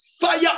fire